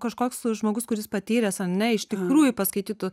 kažkoks žmogus kuris patyręs ar ne iš tikrųjų paskaitytų